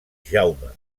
jaume